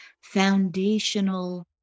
foundational